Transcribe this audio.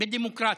בדמוקרטיה.